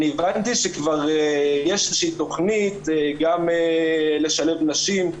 אני הבנתי שכבר יש איזושהי תוכנית גם לשלב נשים.